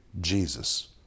Jesus